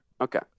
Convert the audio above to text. Okay